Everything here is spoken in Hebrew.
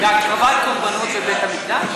בהקרבת קורבנות בבית-המקדש?